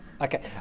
Okay